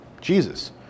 Jesus